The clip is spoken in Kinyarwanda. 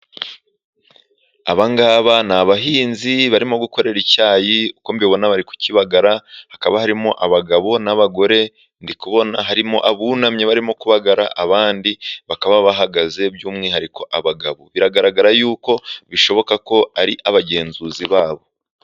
Abangaba ni abahinzi barimo gukorera icyayi. Uko mbibona bari kukibagara, hakaba harimo abagabo n'abagore. Ndi kubona harimo abunamye barimo kubagara, abandi bakaba bahagaze by'umwihariko abagabo, biragaragara yuko bishoboka ko ari abagenzuzi babo.